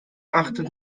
achtet